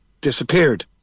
disappeared